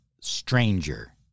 stranger